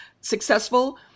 successful